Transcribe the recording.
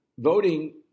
voting